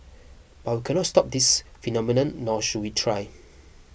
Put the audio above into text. but we cannot stop this phenomenon nor should we try